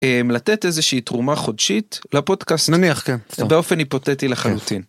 לתת איזושהי תרומה חודשית לפודקאסט נניח, כן, באופן היפותטי לחלוטין.